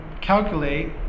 calculate